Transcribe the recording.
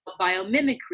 biomimicry